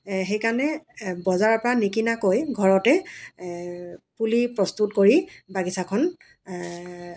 সেইকাৰণে বজাৰৰ পৰা নিকিনাকৈ ঘৰতে পুলি প্ৰস্তুত কৰি বাগিছাখন